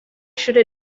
should